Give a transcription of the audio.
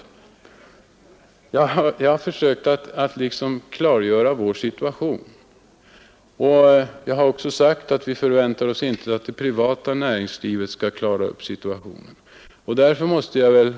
Jag har försökt att klargöra vår situation, och jag har även sagt att vi inte förväntar oss att det privata näringslivet skall hjälpa oss ur den.